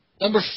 Number